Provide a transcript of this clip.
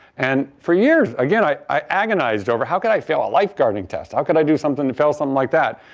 and for years, again, i i agonized over how can i fail a lifeguarding test? how could i do something to fail something like that?